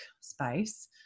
space